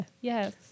Yes